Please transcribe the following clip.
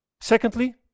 Secondly